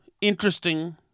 interesting